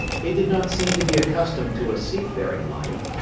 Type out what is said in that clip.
he did not seem to be accustomed to a seafaring life,